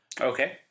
Okay